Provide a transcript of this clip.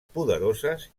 poderoses